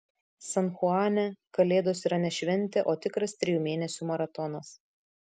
san chuane kalėdos yra ne šventė o tikras trijų mėnesių maratonas